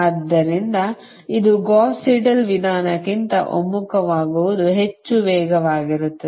ಆದ್ದರಿಂದ ಇದು Gauss Seidel ವಿಧಾನಕ್ಕಿಂತ ಒಮ್ಮುಖವಾಗುವುದು ಹೆಚ್ಚು ವೇಗವಾಗಿರುತ್ತದೆ